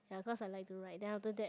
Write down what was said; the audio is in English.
ya cause I like to write then after that